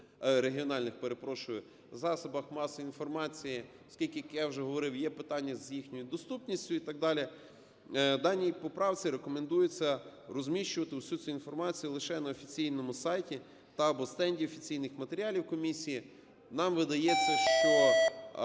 перепрошую, засобах масової інформації, оскільки, як я вже говорив, є питання з їхньою доступністю і так далі. В даній поправці рекомендується розміщувати всю цю інформацію лише на офіційному сайті та або стенді офіційних матеріалів комісії. Нам видається, що